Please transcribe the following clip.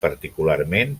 particularment